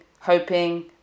hoping